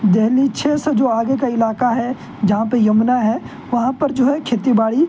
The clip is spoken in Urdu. دہلی چھ سے جو آگے کا علاقہ ہے جہاں پہ یمنا ہے وہاں پر جو ہے کھیتی باڑی